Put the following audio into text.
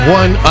one